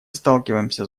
сталкиваемся